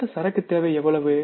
மொத்த சரக்கு தேவை எவ்வளவு